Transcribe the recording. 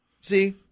See